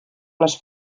les